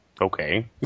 Okay